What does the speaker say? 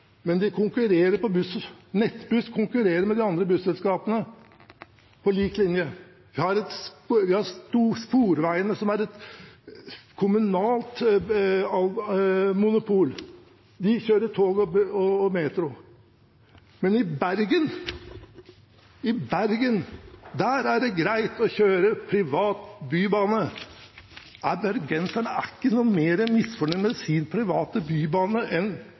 men de konkurrerer på buss. Nettbuss konkurrerer med de andre busselskapene – på lik linje. Vi har Sporveien, som er et kommunalt monopol. De kjører tog og metro. Men i Bergen – der er det greit å kjøre privat bybane. Bergenserne er ikke mer misfornøyd med sin private bybane enn